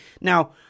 Now